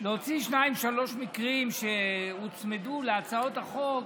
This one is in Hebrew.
להוציא שניים-שלושה מקרים שהוצמדו להצעת החוק,